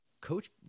Coach